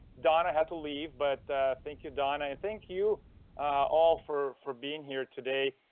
donna had to leave, but thank you, donna! and thank you all for for being here today.